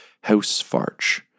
house-farch